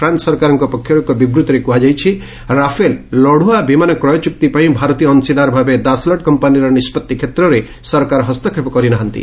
France ସରକାରଙ୍କ ପକ୍ଷରୁ ଏକ ବିବୃତ୍ତିରେ କୁହାଯାଇଛି ରାଫୋଲ୍ ଲଢୁଆ ବିମାନ କ୍ରୟ ଚୁକ୍ତି ପାଇଁ ଭାରତୀୟ ଅଂଶୀଦାର ଭାବେ ଦାସଲ୍ଟ୍ କମ୍ପାନୀର ନିଷ୍କଭି କ୍ଷେତ୍ରରେ ସରକାର ହସ୍ତକ୍ଷେପ କରି ନାହାନ୍ତି